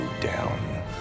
down